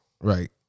right